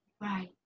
Right